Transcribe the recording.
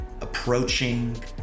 approaching